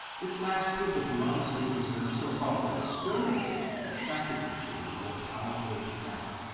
this last proof of modesty and reserve, so far from discouraging, attracted me to her more powerfully than ever.